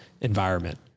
environment